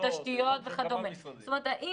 התשתיות וכדומה.